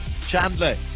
Chandler